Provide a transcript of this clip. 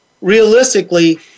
realistically